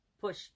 push